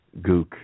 Gook